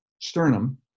sternum